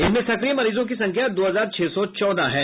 इसमें सक्रिय मरीजों की संख्या दो हजार छह सौ चौदह है